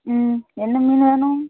ம் என்ன மீன் வேணும்